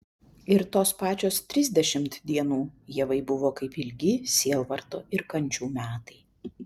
ir tos pačios trisdešimt dienų ievai buvo kaip ilgi sielvarto ir kančių metai